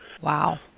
Wow